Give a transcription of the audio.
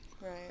Right